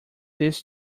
this